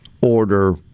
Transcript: order